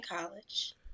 college